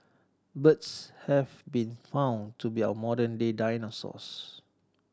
birds have been found to be our modern day dinosaurs